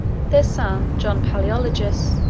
their son, john palaeologus,